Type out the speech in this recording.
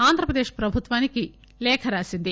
ఆంధ్రప్రదేశ్ ప్రభుత్వానికి లేఖ రాసింది